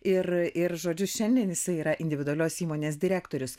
ir ir žodžiu šiandien jisai yra individualios įmonės direktorius